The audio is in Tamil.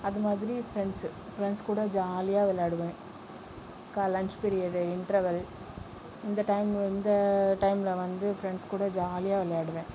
அது மாதிரி ஃப்ரெண்ட்ஸ்சு ஃப்ரெண்ட்ஸ் கூட ஜாலியாக விளையாடுவேன் லன்ச் ப்ரியேடு இன்டர்வெல் இந்த டைம் இந்த டைமில் வந்து ஃப்ரெண்ட்ஸ் கூட ஜாலியாக விளையாடுவேன்